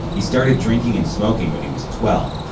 he started drinking and smoking when he was twelve.